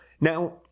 now